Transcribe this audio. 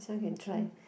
this one can try